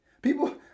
People